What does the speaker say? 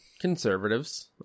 conservatives